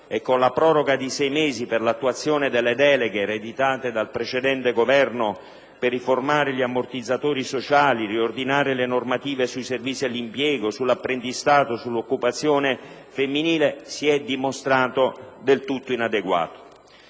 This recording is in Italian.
e con la proroga di sei mesi per l'attuazione delle deleghe, ereditata dal precedente Governo per riformare gli ammortizzatori sociali, riordinare le normative sui servizi all'impiego, sull'apprendistato e sull'occupazione femminile, si è dimostrato del tutto inadeguato.